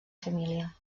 família